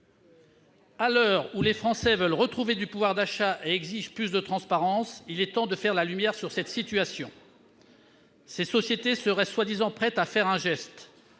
À l'heure où les Français veulent retrouver du pouvoir d'achat et exigent plus de transparence, il est temps de faire la lumière sur cette situation. Ces sociétés seraient prêtes, prétendument, à faire un geste,